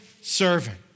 servant